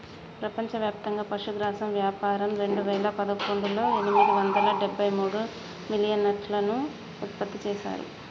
ప్రపంచవ్యాప్తంగా పశుగ్రాసం వ్యాపారం రెండువేల పదకొండులో ఎనిమిది వందల డెబ్బై మూడు మిలియన్టన్నులు ఉత్పత్తి చేశారు